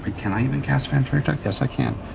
can i even cast vampiric touch? yes i can.